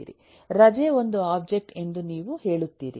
ರಜೆ ಒಂದು ಒಬ್ಜೆಕ್ಟ್ ಎಂದು ನೀವು ಹೇಳುತ್ತೀರಿ